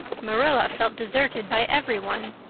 marilla felt deserted by everyone.